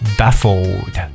baffled